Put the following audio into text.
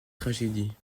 tragédie